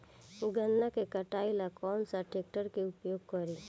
गन्ना के कटाई ला कौन सा ट्रैकटर के उपयोग करी?